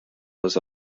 was